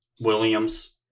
Williams